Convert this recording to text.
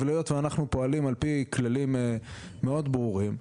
אבל היות ואנחנו פועלים על פי כללים מאוד ברורים,